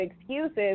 excuses